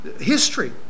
history